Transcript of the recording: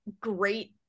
great